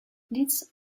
deeds